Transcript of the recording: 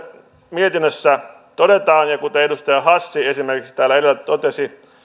mietinnössä todetaan ja kuten edustaja hassi esimerkiksi täällä edellä totesi